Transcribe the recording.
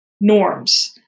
norms